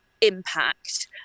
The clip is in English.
impact